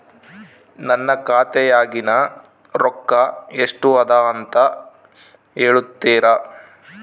ನನ್ನ ಖಾತೆಯಾಗಿನ ರೊಕ್ಕ ಎಷ್ಟು ಅದಾ ಅಂತಾ ಹೇಳುತ್ತೇರಾ?